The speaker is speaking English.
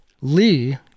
Lee